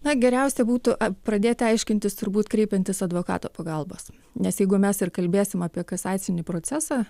na geriausia būtų pradėti aiškintis turbūt kreipiantis advokato pagalbos nes jeigu mes ir kalbėsim apie kasacinį procesą